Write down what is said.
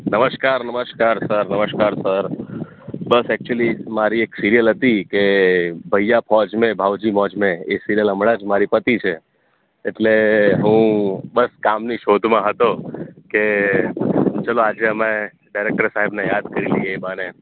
નમસ્કાર નમસ્કાર સર નમસ્કાર સર બસ એકચુંલી મારી એક સિરિયલ હતી કે ભૈયા ફોજ મેં ભાઉજી મૌજ મેં એ સિરિયલ હમણાં જ મારી પતી છે એટલે હું બસ કામની શોધમાં હતો કે ચાલો આજે અમે ડાયરેક્ટર સાહેબને યાદ કરી લઇએ એ બહાને